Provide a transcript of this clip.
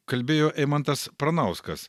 kalbėjo eimantas pranauskas